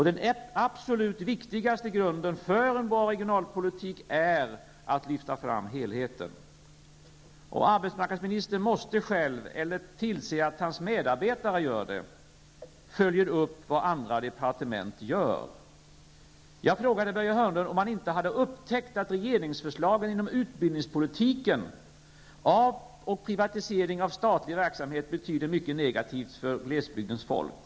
Den absolut viktigaste grunden för en bra regionalpolitik är detta med att helheten lyfts fram. Arbetsmarknadsministern måste själv -- eller också får han se till att hans medarbetare gör detta -- följa upp vad andra departement gör. Jag frågade Börje Hörnlund om han inte hade upptäckt att regeringsförslagen beträffande utbildningspolitiken och privatiseringen av statlig verksamhet får mycket negativa konsekvenser för glesbygdens folk.